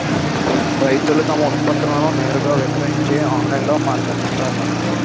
రైతులు తమ ఉత్పత్తులను నేరుగా విక్రయించే ఆన్లైన్ మార్కెట్ ఉందా?